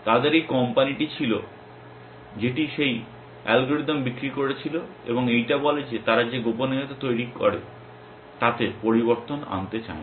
তাদের এই কোম্পানীটি ছিল যেটি সেই অ্যালগরিদম বিক্রি করছিল এবং এইটা বলে যে তারা যে গোপনীয়তা তৈরি করে তাতে পরিবর্তন আনতে চায় না